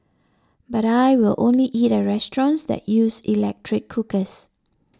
but I will only eat at restaurants that use electric cookers